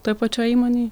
toj pačioj įmonėj